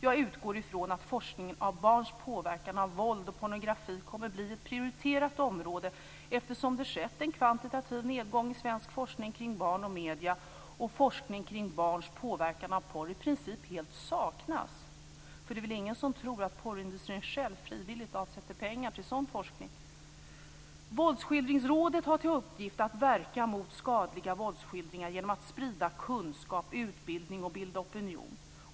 Jag utgår från att forskningen kring barns påverkan av våld och pornografi kommer att bli ett prioriterat område, eftersom det skett en kvantitativ nedgång i svensk forskning kring barn och medier, och forskning kring barns påverkan av porr i princip helt saknas. För det är väl ingen som tror att porrindustrin själv frivilligt avsätter pengar till sådan forskning. Våldsskildringsrådet har till uppgift att verka mot skadliga våldsskildringar genom att sprida kunskap, utbildning och bilda opinion.